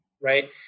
Right